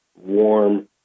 warm